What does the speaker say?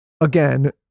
again